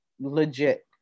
legit